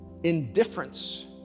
indifference